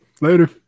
later